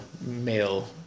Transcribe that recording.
male